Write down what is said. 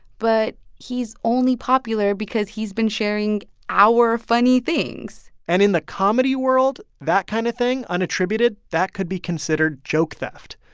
but he's only popular because he's been sharing our funny things and in the comedy world, that kind of thing unattributed that could be considered joke theft.